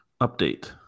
update